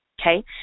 Okay